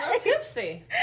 tipsy